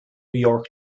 york